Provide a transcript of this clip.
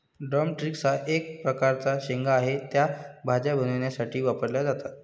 drum sticks हा एक प्रकारचा शेंगा आहे, त्या भाज्या बनवण्यासाठी वापरल्या जातात